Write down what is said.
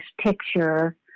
picture